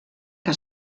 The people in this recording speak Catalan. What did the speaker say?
que